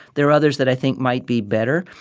there are others that i think might be better.